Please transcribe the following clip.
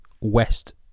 West